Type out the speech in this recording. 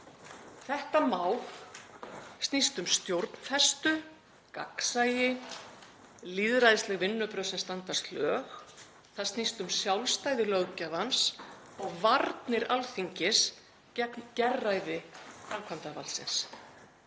Þetta mál snýst um stjórnfestu, gagnsæi, lýðræðisleg vinnubrögð sem standast lög. Það snýst um sjálfstæði löggjafans og varnir Alþingis gegn gerræði framkvæmdarvaldsins.